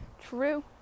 true